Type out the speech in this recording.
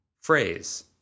phrase